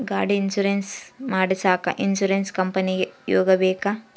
ಗಾಡಿ ಇನ್ಸುರೆನ್ಸ್ ಮಾಡಸಾಕ ಇನ್ಸುರೆನ್ಸ್ ಕಂಪನಿಗೆ ಹೋಗಬೇಕಾ?